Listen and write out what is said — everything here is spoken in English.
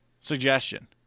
suggestion